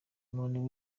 muntu